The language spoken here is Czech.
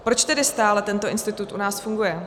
Proč tedy stále tento institut u nás funguje?